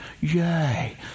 yay